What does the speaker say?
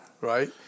Right